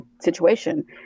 situation